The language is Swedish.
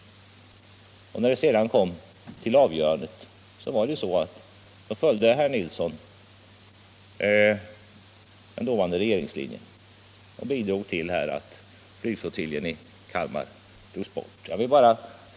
När det sedan kom till avgörande så följde herr Nilsson den dåvarande regeringslinjen och bidrog till att flygflottiljen i Kalmar togs bort.